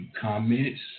comments